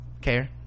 care